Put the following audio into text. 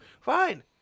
Fine